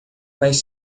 mais